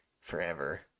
forever